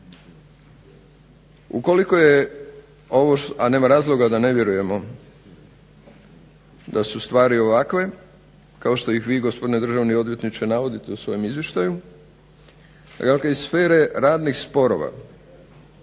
Ukoliko je ovo, a nema razloga da ne vjerujemo da su stvari ovakve kao što ih vi gospodine državni odvjetniče navodite u svojem izvještaju, …/Ne razumije se./… iz sfere radnih sporova